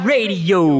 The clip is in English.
Radio